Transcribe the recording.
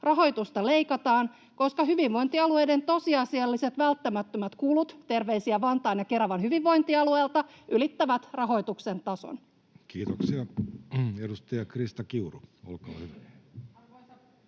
Rahoitusta leikataan, koska hyvinvointialueiden tosiasialliset välttämättömät kulut — terveisiä Vantaan ja Keravan hyvinvointialueelta — ylittävät rahoituksen tason. Kiitoksia. — Edustaja Krista Kiuru, olkaa hyvä.